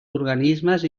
organismes